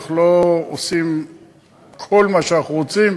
אנחנו לא עושים כל מה שאנחנו רוצים.